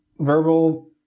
verbal –